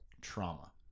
trauma